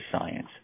science